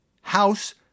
House